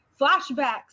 flashbacks